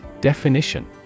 Definition